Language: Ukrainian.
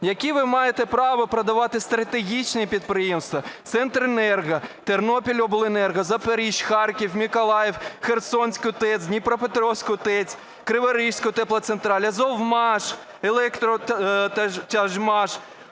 Яке ви маєте право продавати стратегічні підприємства (Центренерго, Тернопільобленерго, Запоріжжя, Харків, Миколаїв, Херсонську ТЕЦ, Дніпропетровську ТЕЦ, Криворізьку теплоцентраль, Азовмаш, Електротяжмаш,